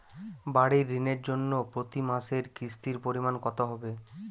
বাড়ীর ঋণের জন্য প্রতি মাসের কিস্তির পরিমাণ কত হবে?